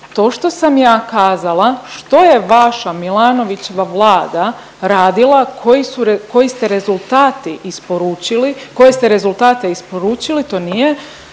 to što sam ja kazala što je vaša, Milanovićeva Vlada radila, koji su re…, koji ste rezultati isporučili, koje